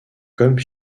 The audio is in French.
comme